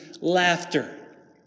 laughter